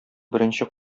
беренче